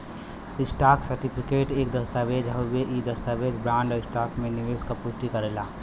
stock certificate एक दस्तावेज़ हउवे इ दस्तावेज बॉन्ड, स्टॉक में निवेश क पुष्टि करेला